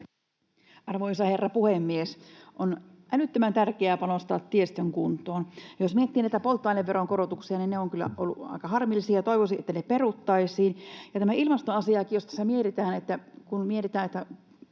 Arvoisa herra puhemies! On älyttömän tärkeää panostaa tiestön kuntoon. Jos miettii näitä polttoaineveron korotuksia, niin ne ovat kyllä olleet aika harmillisia. Toivoisin, että ne peruttaisiin. Ja tämä ilmastoasiakin: kun mietitään, että